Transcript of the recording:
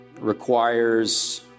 requires